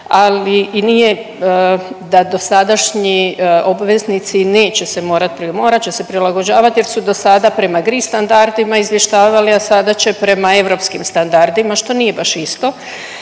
ali i nije da dosadašnji obveznici neće se morat prila… morat će se prilagođavat jer su dosada prema GRI standardima izvještavali, a sada će prema europskim standardima, što nije baš isto.